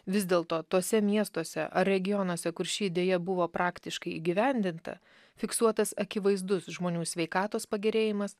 vis dėl to tuose miestuose ar regionuose kur ši idėja buvo praktiškai įgyvendinta fiksuotas akivaizdus žmonių sveikatos pagerėjimas